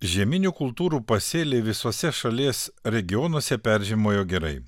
žieminių kultūrų pasėliai visuose šalies regionuose peržiemojo gerai